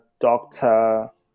doctor